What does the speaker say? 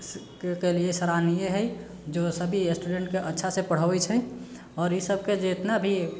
केलिए सराहनीय हइ जे सभी स्टूडेन्टके अच्छासँ पढ़ाबै छै आओर ई सबके जतना भी